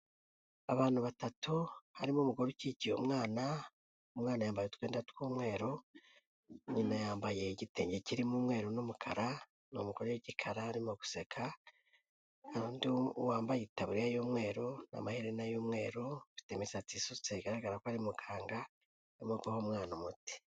Abantu batatu harimo umugore ukikiye umwana, umwana yambaye utwenda tw'umweru, nyina yambaye igitenge kirimo umweru n'umukara, ni umugore w'igikara arimo guseka, n'undi wambaye itaburiya y'umweru, amaherena y'umweru, afite imisatsi isutse bigaragara ko ari muganga urimo guha umwana umuti.